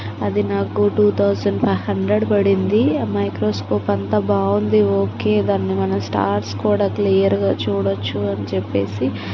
అది నాకు two thousand five hundred పడింది ఆ మైక్రోస్కోప్ అంతా బాగుంది ఓకే దాన్ని మనం స్టార్ట్స్ కూడా మనం క్లియర్గా చూడచ్చు అని చెప్పేసి